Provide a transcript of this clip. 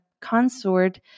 consort